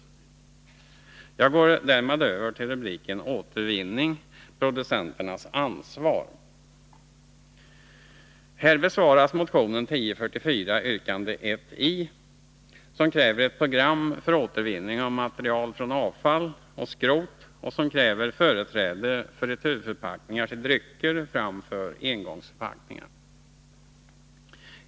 Jag går därmed över till rubriken Återvinning, producentens ansvar. Här besvaras motion 1044, yrkande 1 i, där vi kräver ett program för återvinning av material från avfall och skrot samt företräde för returförpackningar för drycker framför engångsförpackningar.